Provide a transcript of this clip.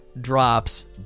drops